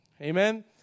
Amen